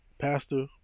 Pastor